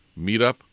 meetup